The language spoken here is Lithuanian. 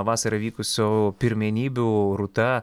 vasarą vykusių pirmenybių rūta